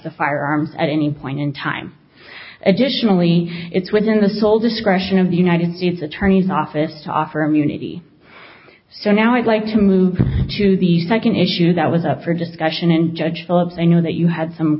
a firearm at any point in time additionally it's within the sole discretion of the united states attorney's office to offer immunity so now i'd like to move to the second issue that was up for discussion in judge philip i know that you had some